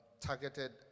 targeted